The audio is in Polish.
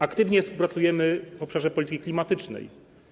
Aktywnie współpracujemy w obszarze polityki klimatycznej.